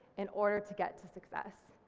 in order to get to success.